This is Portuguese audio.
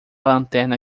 lanterna